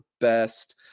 best